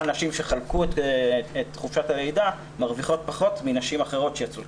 נשים שחלקו את חופשת הלידה מרוויחות פחות מנשים אחרות.